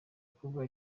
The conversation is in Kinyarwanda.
kuba